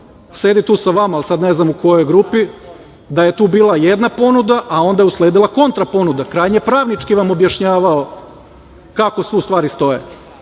sedi tu sa vama, ali sad ne znam u kojoj grupi, da je tu bila jedna ponuda, a onda je usledila kontra ponuda, krajnje pravnički vam objašnjavao kako tu stvari stoje.